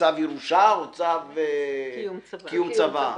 צו ירושה או צו קיום צוואה.